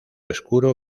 oscuro